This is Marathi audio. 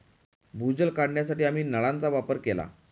भूजल काढण्यासाठी आम्ही नळांचा वापर केला